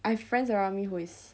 I have friends around me who is